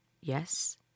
yes